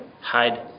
hide